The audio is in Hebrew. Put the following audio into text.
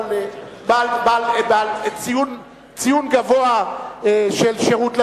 אבל בעל ציון גבוה של שירות למדינה.